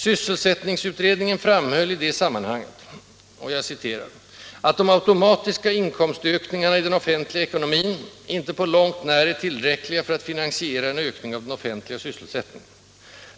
Sysselsättningsutredningen framhöll i det sammanhanget att ”de automatiska inkomstökningarna i den offentliga ekonomin inte på långt när är tillräckliga för att finansiera en ökning av den offentliga sysselsättningen.